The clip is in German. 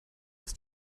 ist